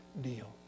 deal